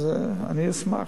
אני אשמח,